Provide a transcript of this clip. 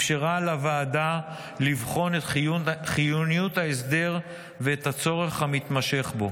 אפשרה לוועדה לבחון את חיוניות ההסדר ואת הצורך המתמשך בו.